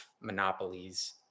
monopolies